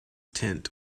tent